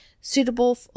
suitable